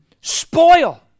spoil